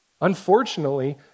unfortunately